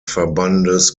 verbandes